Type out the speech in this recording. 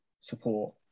support